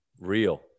real